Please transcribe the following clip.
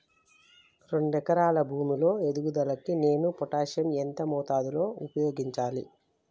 రెండు ఎకరాల భూమి లో ఎదుగుదలకి నేను పొటాషియం ఎంత మోతాదు లో ఉపయోగించాలి?